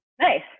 Nice